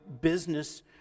business